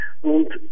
und